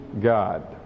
God